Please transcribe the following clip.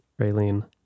Raylene